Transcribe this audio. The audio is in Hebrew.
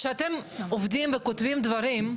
כשאתם עובדים וכותבים דברים,